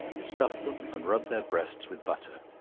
stuff them and rub their breasts with butter,